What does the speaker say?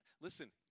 Listen